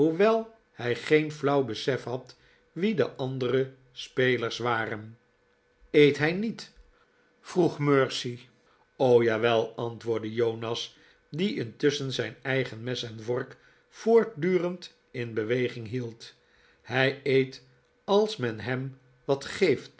hij geen flauw besef had wie de andere spelers waren eet hij niet vroeg mercy jawel antwoordde jonas die intusschen zijn eigen mes en vork voortdurend in beweging hield hij eet als men hem wat geeft